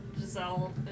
Giselle